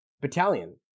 battalion